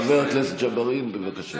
חבר הכנסת ג'בארין, בבקשה.